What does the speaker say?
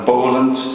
Poland